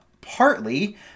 partly